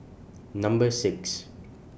Number six